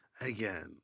Again